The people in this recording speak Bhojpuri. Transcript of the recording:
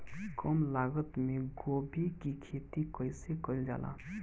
कम लागत मे गोभी की खेती कइसे कइल जाला?